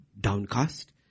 downcast